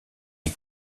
est